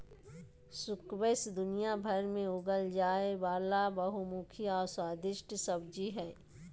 squash दुनियाभर में उगाल जाय वला बहुमुखी और स्वादिस्ट सब्जी हइ